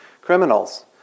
criminals